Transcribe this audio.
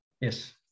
Yes